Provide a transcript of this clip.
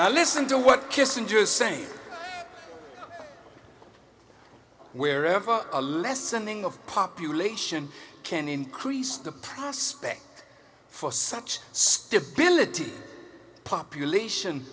i listen to what kissinger same wherever a lessening of population can increase the prospects for such stability population